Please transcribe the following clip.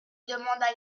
demanda